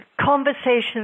conversations